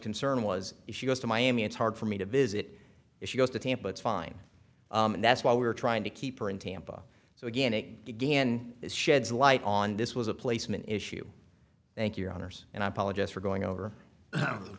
concern was if she goes to miami it's hard for me to visit if she goes to tampa it's fine and that's why we are trying to keep her in tampa so again it began this sheds light on this was a placement issue thank your honour's and i apologise for going over